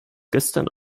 gestern